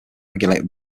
regulated